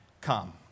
come